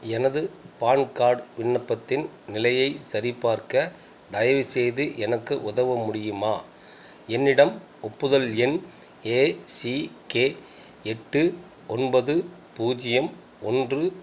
எனது PAN card விண்ணப்பத்தின் நிலையை சரிபார்க்க தயவுசெய்து எனக்கு உதவ முடியுமா என்னிடம் ஒப்புதல் எண் ஏசிகே எட்டு ஒன்பது பூஜ்ஜியம் ஒன்று